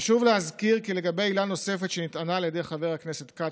חשוב להזכיר כי בעילה נוספת שנטענה על ידי חבר הכנסת כץ,